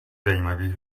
zajímavých